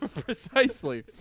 Precisely